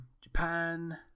Japan